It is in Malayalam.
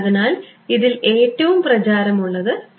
അതിനാൽ ഇതിൽ ഏറ്റവും പ്രചാരമുള്ളത് പി